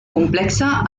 complexa